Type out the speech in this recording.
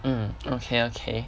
mm okay okay